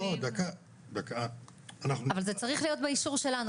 אבל זה צריך להיות באישור שלנו,